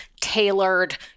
tailored